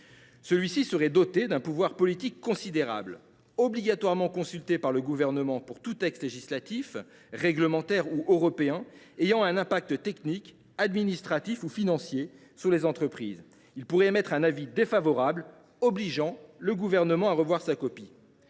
Celui ci serait doté d’un pouvoir politique considérable : obligatoirement consulté par le Gouvernement pour tout texte législatif, réglementaire ou européen ayant un impact technique, administratif ou financier sur les entreprises, il pourrait émettre un avis défavorable, obligeant le Gouvernement à revoir sa copie.